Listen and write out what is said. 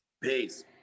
peace